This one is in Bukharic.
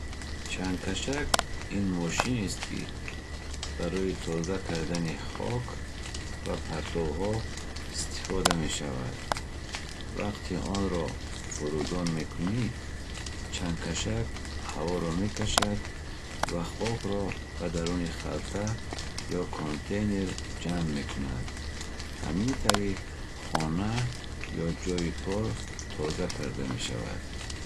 Чангкашак ин мошинест, ки барои тоза кардани хок ва партовҳо истифода мешавад. Вақте онро фурӯзон мекунӣ, чангкашак ҳаворо мекашад ва хокро ба даруни халта ё контейнер ҷамъ мекунад. Ҳамин тариқ, хона ё ҷойи кор тоза мешавад.